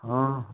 हाँ